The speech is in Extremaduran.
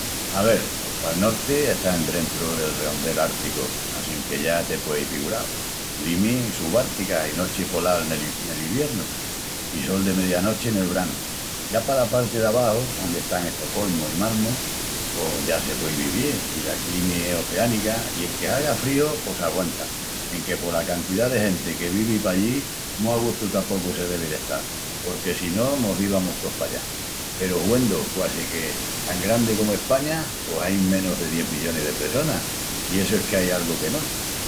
Ave, pos pal norti está endrentu del reondel árticu, assinque ya te pueis figural, climi subártica i nochi polal nel i... nel iviernu i sol de meyanochi nel branu. Ya pala parti d'abaxu, ondi están Estocolmu i Malmo, pos ya se puei vivil i la climi es oceánica i enque haga fríu pos s'aguanta, enque pola cantidá de genti que vivi pallí, mu a gustu tapocu se devi d'estal porque si no mos divamus tous pallá. Peru huendu quasi que tan grandi comu España pos ain menus de dies millonis de pressonas i essu es que ai algu que no...